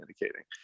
indicating